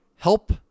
help